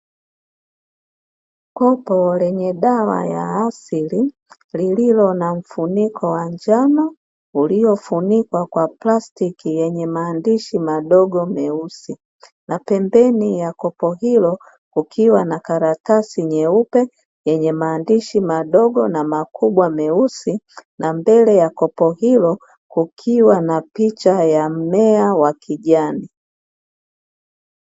Kopo lenye dawa ya asili, lililo na mfuniko wa njano uliofunikwa kwa plastiki yenye maandishi madogo meusi na pembeni ya kopo hilo kukiwa na karatasi nyeupe yenye maandishi madogo na makubwa meusi na mbele ya kopo hilo kukiwa na picha ya mmea wa kijani.